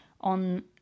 on